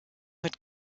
mit